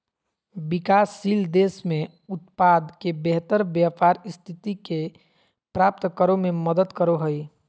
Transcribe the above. विकासशील देश में उत्पाद के बेहतर व्यापार स्थिति के प्राप्त करो में मदद करो हइ